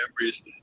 memories